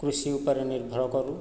କୃଷି ଉପରେ ନିର୍ଭର କରୁ